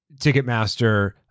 Ticketmaster